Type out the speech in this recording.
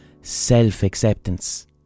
self-acceptance